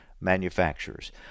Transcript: Manufacturers